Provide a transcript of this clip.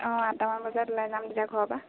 অঁ আঠটামান বজাত ওলাই যাম তেতিয়া ঘৰৰপৰা